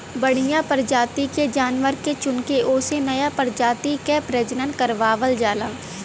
बढ़िया परजाति के जानवर के चुनके ओसे नया परजाति क प्रजनन करवावल जाला